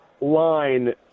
line